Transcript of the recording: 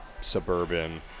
suburban